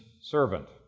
servant